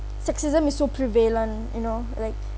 sexism is so prevalent you know like